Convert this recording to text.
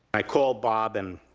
i called bob and